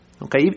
Okay